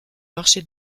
marché